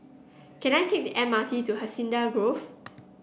can I take the M R T to Hacienda Grove